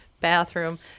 bathroom